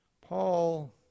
Paul